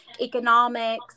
economics